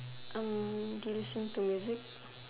Hm do you listen to music